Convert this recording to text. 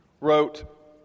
wrote